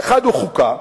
האחד הוא חוקה,